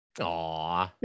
Aw